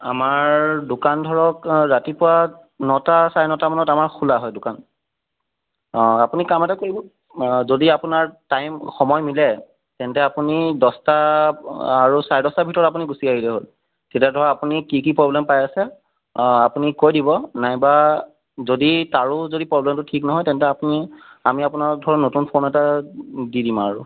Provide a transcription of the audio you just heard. আমাৰ দোকান ধৰক ৰাতিপুৱা নটা চাৰে নটা মানত আমাৰ খোলা হয় দোকান অঁ আপুনি কাম এটা কৰিব যদি আপোনাৰ টাইম সময় মিলে তেন্তে আপুনি দহটা আৰু চাৰে দহটাৰ ভিতৰত আপুনি গুচি আহিলে হ'ল তেতিয়া ধৰক আপুনি কি কি প্ৰব্লেম পাই আছে আপুনি কৈ দিব নাইবা যদি তাৰো যদি প্ৰব্লেমটো ঠিক নহয় তেন্তে আপুনি আমি আপোনাৰ ধৰক নতুন ফোন এটা দি দিম আৰু